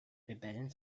rebellen